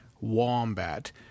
Wombat